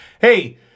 hey